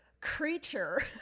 creature